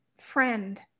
friend